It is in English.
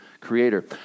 creator